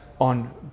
on